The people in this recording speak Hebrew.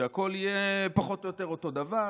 שהכול יהיה פחות או יותר אותו דבר,